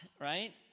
right